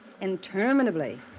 Interminably